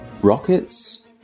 Rockets